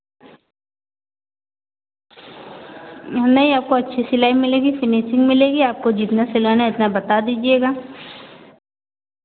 नहीं आपको अच्छी सिलाई मिलेगी फिनिशिंग मिलेगी आपको जितना सिलाना है उतना बता दीजिएगा